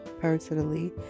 personally